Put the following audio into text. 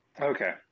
Okay